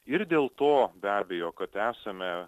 ir dėl to be abejo kad esame